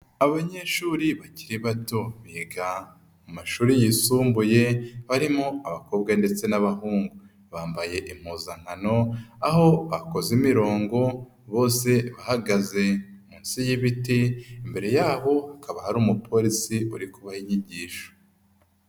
Abanyeshuri bakiri bato biga mashuri yisumbuye barimo abakobwa ndetse n'abahungu, bambaye impuzankano aho bakoze imirongo bose bahagaze munsi y'ibiti, imbere yaho hakaba hari Umupolisi uri kubaha inyigisho.